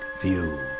view